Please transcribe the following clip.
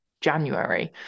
January